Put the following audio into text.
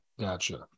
Gotcha